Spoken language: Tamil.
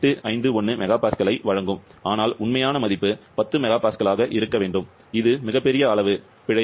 851 MPa ஐ வழங்கும் ஆனால் உண்மையான மதிப்பு 10 MPa ஆக இருக்க வேண்டும் இது மிகப்பெரிய அளவு 38